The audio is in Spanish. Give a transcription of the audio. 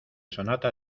sonata